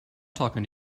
talking